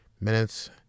minutes